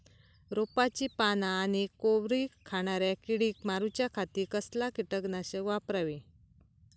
रोपाची पाना आनी कोवरी खाणाऱ्या किडीक मारूच्या खाती कसला किटकनाशक वापरावे?